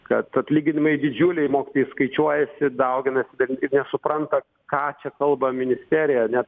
kad atlyginimai didžiuliai mokytojai skaičiuojasi dauginasi ten nesupranta ką čia kalba ministerija ane